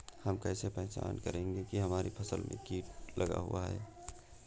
हम कैसे पहचान करेंगे की हमारी फसल में कीट लगा हुआ है?